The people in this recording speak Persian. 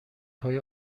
های